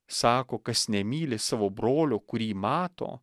sako kas nemyli savo brolio kurį mato